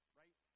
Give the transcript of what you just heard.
right